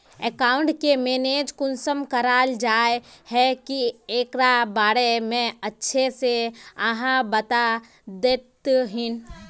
Account के manage कुंसम कराल जाय है की एकरा बारे में अच्छा से आहाँ बता देतहिन?